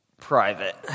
Private